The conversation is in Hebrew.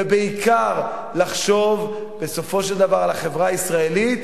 ובעיקר לחשוב בסופו של דבר על החברה הישראלית,